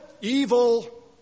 evil